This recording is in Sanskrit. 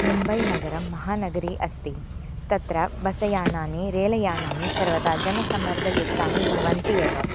मुम्बैनगरं महानगरी अस्ति तत्र बस्सयानानि रेलयानानि सर्वदा जनसंमर्दयुक्तानि भवन्ति एव